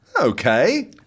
okay